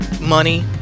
money